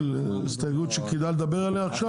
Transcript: שכדאי לדבר עליה?